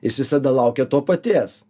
jis visada laukia to paties